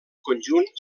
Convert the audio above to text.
conjunt